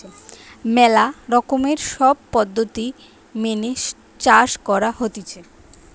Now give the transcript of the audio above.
ম্যালা রকমের সব পদ্ধতি মেনে চাষ করা হতিছে